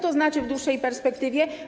Co to znaczy w dłuższej perspektywie?